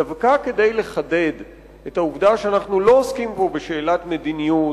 דווקא כדי לחדד את העובדה שאנחנו לא עוסקים פה בשאלת מדיניות